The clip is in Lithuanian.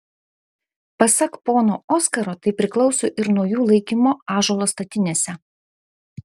pasak pono oskaro tai priklauso ir nuo jų laikymo ąžuolo statinėse